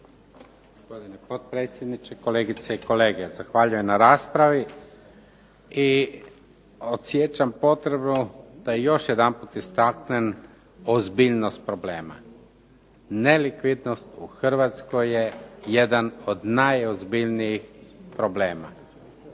Gospodine potpredsjedniče, kolegice i kolege. Zahvaljujem na raspravi. I osjećam potrebu da još jednom istaknem problema. Nelikvidnost u Hrvatskoj je jedan od najozbiljnijih problema.